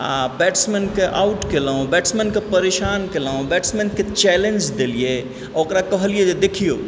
आ बैट्समैनके आउट केलहुँ बैट्समैनके परेशान केलहुँ बैट्समैनके चैलेंज देलियै ओकरा कहलियै जे देखिऔ